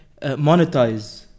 monetize